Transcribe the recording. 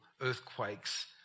earthquakes